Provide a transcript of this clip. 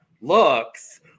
looks